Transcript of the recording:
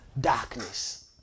darkness